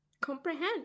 comprehend